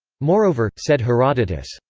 moreover, said herodotus,